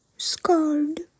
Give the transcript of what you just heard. Scarred